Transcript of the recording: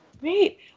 Great